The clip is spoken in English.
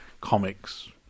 comics